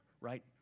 Right